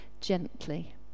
gently